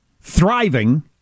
Thriving